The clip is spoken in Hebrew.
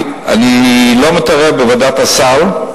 אני לא מתערב בוועדת הסל,